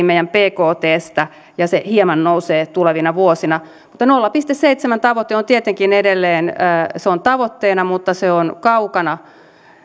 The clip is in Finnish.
meidän bktstä ja se hieman nousee tulevina vuosina mutta nolla pilkku seitsemän tavoite on tietenkin edelleen tavoitteena se on kaukana